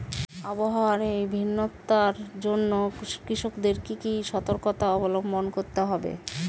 আবহাওয়ার এই ভিন্নতার জন্য কৃষকদের কি কি সর্তকতা অবলম্বন করতে হবে?